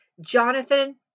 Jonathan